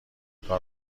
کار